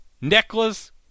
Necklace